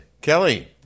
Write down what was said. Kelly